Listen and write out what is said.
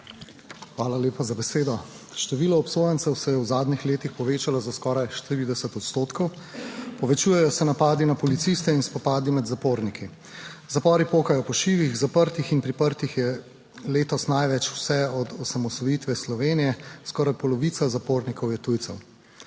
Hvala lepa za besedo. Število obsojencev se je v zadnjih letih povečalo za skoraj 40 odstotkov, povečujejo se napadi na policiste in spopadi med zaporniki. Zapori pokajo po šivih, zaprtih in priprtih je letos največ vse od osamosvojitve Slovenije, skoraj polovica zapornikov je tujcev.